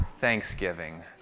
Thanksgiving